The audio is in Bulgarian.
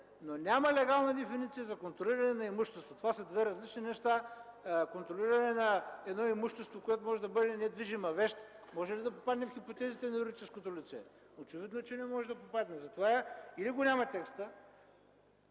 но няма легална дефиниция за контролиране на имущество. Това са две различни неща. Контролиране на имущество, което може да бъде недвижима вещ, може ли да попадне в хипотезите на юридическото лице? Очевидно е, че не може да попадне. Текстът го няма. Сега